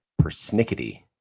persnickety